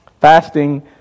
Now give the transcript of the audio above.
Fasting